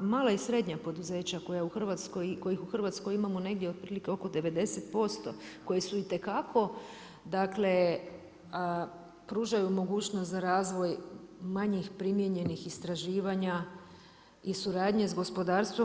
mala i srednja poduzeća kojih u Hrvatskoj imamo negdje otprilike oko 90% koje su itekako dakle pružaju mogućnost za razvoj manjih primijenjenih istraživanja i suradnje sa gospodarstvom.